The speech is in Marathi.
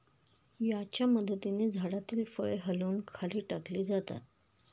याच्या मदतीने झाडातील फळे हलवून खाली टाकली जातात